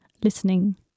listening